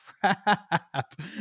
crap